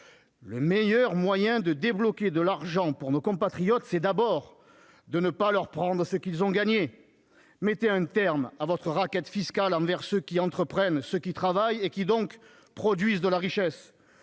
Le meilleur moyen de débloquer de l'argent pour nos compatriotes, c'est d'abord de ne pas leur prendre ce qu'ils ont gagné. Mettez un terme à votre racket fiscal envers ceux qui entreprennent, ceux qui travaillent et qui, donc, produisent de la richesse